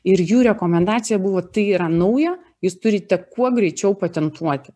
ir jų rekomendacija buvo tai yra nauja jūs turite kuo greičiau patentuoti